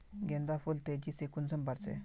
गेंदा फुल तेजी से कुंसम बार से?